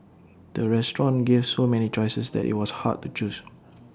the restaurant gave so many choices that IT was hard to choose